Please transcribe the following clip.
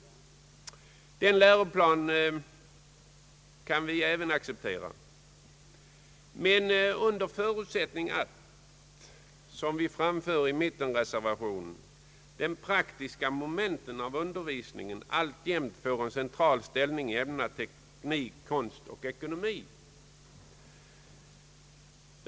Den läroplanen kan även vi acceptera under den förutsättning som anförs i mittenreservationen, nämligen att de praktiska momenten av undervisningen alltjämt får en central ställning i ämnena teknik, konst och ekonomi.